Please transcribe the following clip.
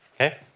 okay